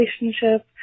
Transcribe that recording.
relationship